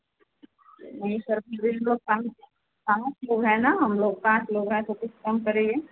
नहीं सर फिर भी हम लोग पाँच पाँच लोग हैं ना हम लोग पाँच लोग हैं तो कुछ कम करेंगे